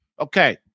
Okay